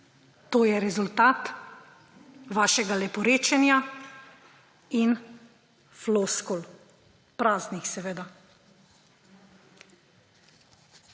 To je rezultat vašega leporečenja in floskul, praznih seveda.